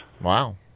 Wow